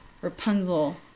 Rapunzel